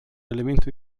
elemento